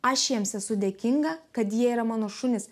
aš jiems esu dėkinga kad jie yra mano šunys